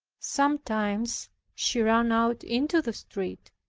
sometimes she ran out into the street,